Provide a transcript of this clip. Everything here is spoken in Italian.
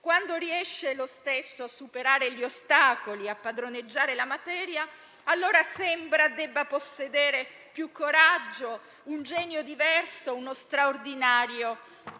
Quando riesce comunque a superare gli ostacoli e a padroneggiare la materia, allora sembra che debba possedere più coraggio, un genio diverso, uno straordinario